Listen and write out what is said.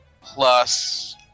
plus